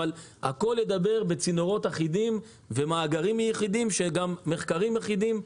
אבל הכול ידבר בצינורות אחידים ומאגרים אחידים ומחקרים אחידים.